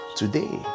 today